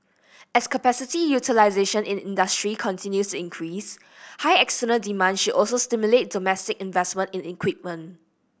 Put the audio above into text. as capacity utilisation in industry continues increase high external demand should also stimulate domestic investment in equipment